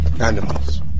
Animals